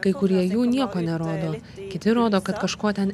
kai kurie jų nieko nerodo kiti rodo kad kažko ten